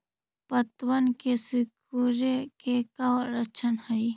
पत्तबन के सिकुड़े के का लक्षण हई?